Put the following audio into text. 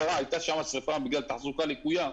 בגלל תחזוקה לקויה,